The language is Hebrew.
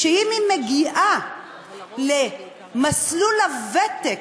שאם היא מגיעה למסלול הוותק,